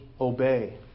obey